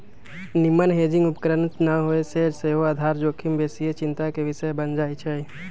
निम्मन हेजिंग उपकरण न होय से सेहो आधार जोखिम बेशीये चिंता के विषय बन जाइ छइ